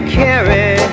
carry